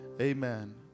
Amen